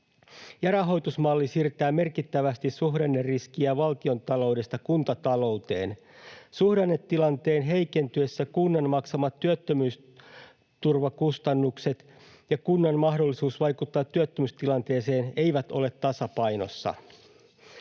rahoitusmalli siirtää merkittävästi suhdanneriskiä valtiontaloudesta kuntatalouteen. Suhdannetilanteen heikentyessä kunnan maksamat työttömyysturvakustannukset ja kunnan mahdollisuus vaikuttaa työttömyystilanteeseen eivät ole tasapainossa.